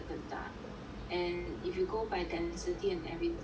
and if you go by density and everything